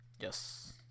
yes